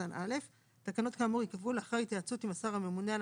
קטן (א); תקנות כאמור ייקבעו לאחר התייעצות עם השר הממונה על